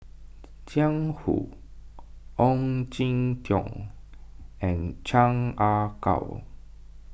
Jiang Hu Ong Jin Teong and Chan Ah Kow